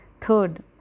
Third